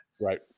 Right